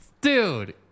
Dude